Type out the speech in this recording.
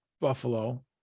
Buffalo